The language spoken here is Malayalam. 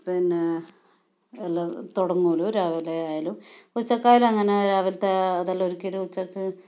പിന്നെ എല്ലാം തുടങ്ങുള്ളൂ രാവിലെ ആയാലും ഉച്ചയ്ക്കായാലും അങ്ങനെ രാവിലത്തെ അതെല്ലാം ഒരുക്കിയിട്ട് ഉച്ചയ്ക്ക്